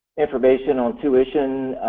information on tuition